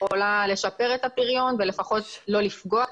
יכולה לשפר את הפריון ולפחות לא לפגוע.